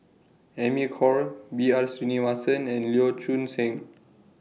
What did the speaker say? Amy Khor B R Sreenivasan and Lee Choon Seng